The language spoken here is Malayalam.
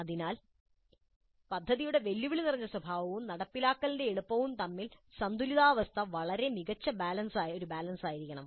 അതിനാൽ പദ്ധതിയുടെ വെല്ലുവിളി നിറഞ്ഞ സ്വഭാവവും നടപ്പാക്കലിന്റെ എളുപ്പവും തമ്മിലുള്ള സന്തുലിതാവസ്ഥ വളരെ മികച്ച ഒരു ബാലൻസ് ആയിരിക്കണം